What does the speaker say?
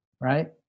right